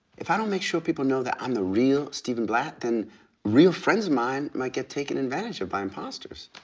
if i don't make sure people know that i'm the real stephen blatt, then real friends of mine might get taken advantage of by imposters.